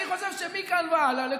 אני חושב שמכאן והלאה,